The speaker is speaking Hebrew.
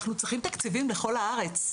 אנחנו צריכים תקציבים לכל הארץ,